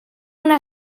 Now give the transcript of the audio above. una